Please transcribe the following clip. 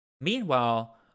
Meanwhile